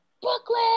Brooklyn